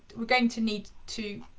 we're going to need to